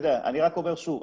אני רק אומר שוב,